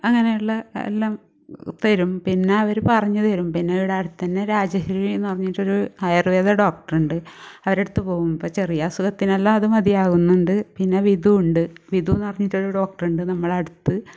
അങ്ങനെള്ള എല്ലാം തരും പിന്നെയവർ പറഞ്ഞ് തരും പിന്നെ ഇവിടെ അടുത്തുതന്നെ രാജഗിരിയെന്ന് പറഞ്ഞിട്ടൊരു ആയുർവ്വേദ ഡോക്ടർ ഉണ്ട് അവരുടെ അടുത്ത് പോകും ചെറിയ അസുഖത്തിനെല്ലാം അത് മതിയാകുന്നുണ്ട് പിന്ന വിധു ഉണ്ട് വിധു എന്ന് പറഞ്ഞിട്ടൊരു ഡോക്ടർ ഉണ്ട് നമ്മള അടുത്ത്